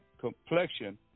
complexion